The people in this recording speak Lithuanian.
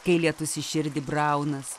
kai lietus į širdį braunas